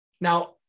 Now